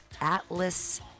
Atlas